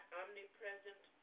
omnipresent